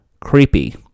creepy